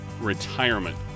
retirement